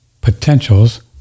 potentials